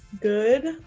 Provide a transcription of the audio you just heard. good